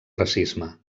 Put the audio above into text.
racisme